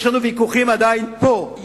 יש לנו עדיין ויכוחים פה,